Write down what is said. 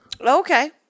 Okay